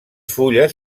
fulles